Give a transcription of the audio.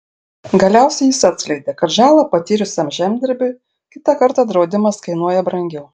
galiausiai jis atskleidė kad žalą patyrusiam žemdirbiui kitą kartą draudimas kainuoja brangiau